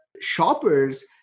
shoppers